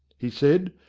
he said,